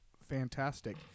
Fantastic